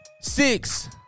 Six